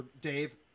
Dave